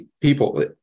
people